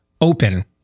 open